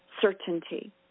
certainty